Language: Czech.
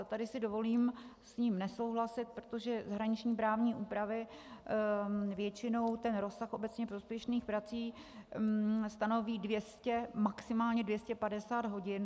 Tady si dovolím s ním nesouhlasit, protože zahraniční právní úpravy většinou ten rozsah obecně prospěšných prací stanoví 200, maximálně 250 hodin.